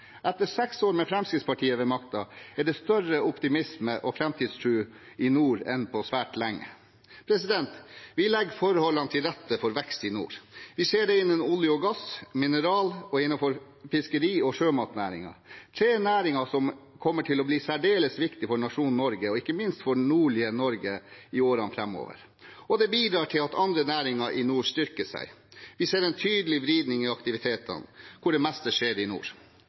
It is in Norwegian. Etter seks år med Fremskrittspartiet ved makten er det større optimisme og framtidstro i nord enn på svært lenge. Vi legger forholdene til rette for vekst i nord. Vi ser det innen olje- og gassnæringen, mineralnæringen og fiskeri- og sjømatnæringen – tre næringer som kommer til å bli særdeles viktige for nasjonen Norge og ikke minst for det nordlige Norge i årene framover. Det bidrar til at andre næringer i nord styrker seg. Vi ser en tydelig vridning i aktivitetene – hvor det meste skjer i nord.